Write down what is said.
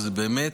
זה באמת